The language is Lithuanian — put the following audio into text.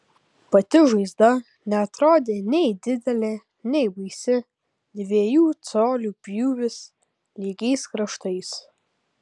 pati žaizda neatrodė nei didelė nei baisi dviejų colių pjūvis lygiais kraštais